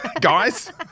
guys